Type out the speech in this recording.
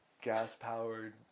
gas-powered